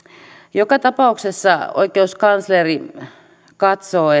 joka tapauksessa oikeuskansleri katsoo